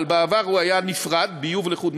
אבל בעבר הוא היה נפרד: ביוב לחוד,